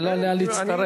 אז אין לה לאן להצטרף.